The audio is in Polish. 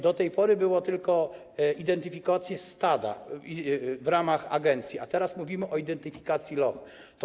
Do tej pory były tylko identyfikacje stada w ramach agencji, a teraz mówimy o identyfikacji loch.